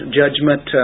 judgment